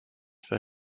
for